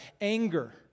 Anger